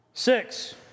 Six